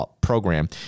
program